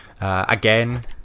Again